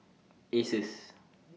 Asus